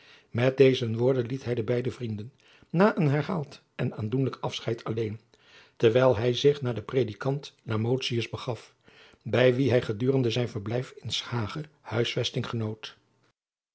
met deze woorden liet hij de beide vrienden na een herhaald en aandoenlijk afscheid alleen terwijl hij zich naar den predikant lamotius begaf bij wien hij gedurende zijn verblijf in s hage huisvesting genoot